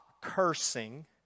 cursing